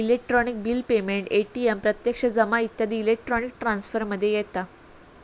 electronic bill payment, ATM प्रत्यक्ष जमा इत्यादी इलेक्ट्रॉनिक ट्रांसफर मध्ये येता